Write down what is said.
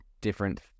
different